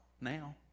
now